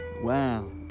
Wow